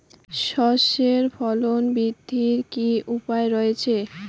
সর্ষের ফলন বৃদ্ধির কি উপায় রয়েছে?